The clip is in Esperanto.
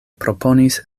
proponis